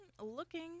Looking